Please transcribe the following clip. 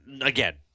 again